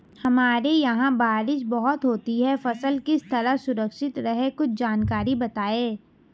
हमारे यहाँ बारिश बहुत होती है फसल किस तरह सुरक्षित रहे कुछ जानकारी बताएं?